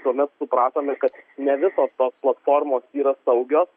tuomet supratome kad ne visos tos platformos yra saugios